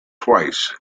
twice